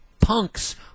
punks